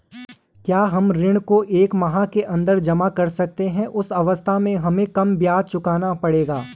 क्या हम ऋण को एक माह के अन्दर जमा कर सकते हैं उस अवस्था में हमें कम ब्याज चुकाना पड़ेगा?